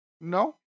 No